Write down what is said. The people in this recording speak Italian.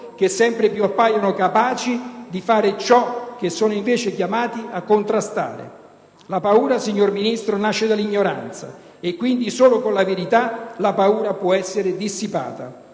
che sempre più appaiono capaci di fare ciò che sono invece chiamate a contrastare. La paura, signor Ministro, nasce dall'ignoranza, e quindi solo con la verità la paura può essere dissipata.